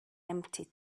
empty